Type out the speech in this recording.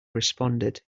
responded